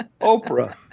Oprah